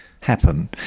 happen